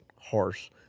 horse